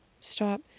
Stop